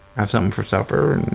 have something for supper.